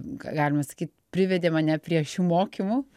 galima sakyt privedė mane prie šių mokymų